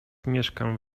mieszkam